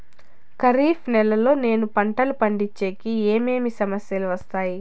ఖరీఫ్ నెలలో నేను పంటలు పండించేకి ఏమేమి సమస్యలు వస్తాయి?